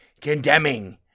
condemning